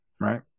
Right